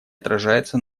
отражается